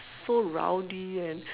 so rowdy and